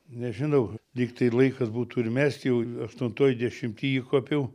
nežinau lygtai laikas būtų ir mest jau aštuntoj dešimty įkopiau